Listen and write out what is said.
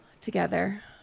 Together